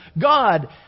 God